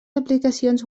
aplicacions